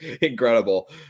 Incredible